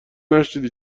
نشنیدی